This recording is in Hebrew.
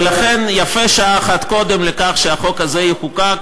ולכן יפה שעה אחת קודם שהחוק הזה יחוקק